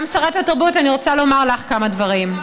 גם שרת התרבות, אני רוצה לומר לך כמה דברים.